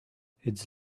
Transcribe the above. its